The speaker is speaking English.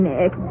Nick